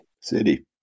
City